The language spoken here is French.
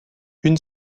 une